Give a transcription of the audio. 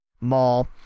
mall